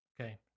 okay